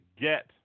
get